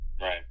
Right